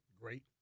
Great